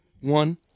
one